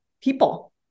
people